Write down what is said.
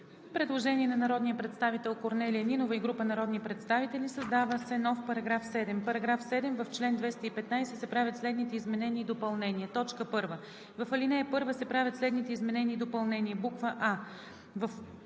Предложение на народния представител Корнелия Нинова и група народни представители: „Създава се нов § 7: „§ 7. В чл. 215 се правят следните изменения и допълнения: 1. В ал. 1 се правят следните изменения и допълнения: а)